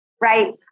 right